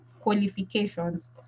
qualifications